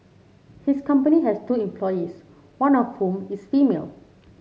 his company has two employees one of whom is female